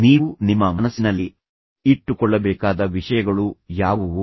ನೀವು ನಿಮ್ಮ ಮನಸ್ಸಿನಲ್ಲಿ ಇಟ್ಟುಕೊಳ್ಳಬೇಕಾದ ವಿಷಯಗಳು ಯಾವುವು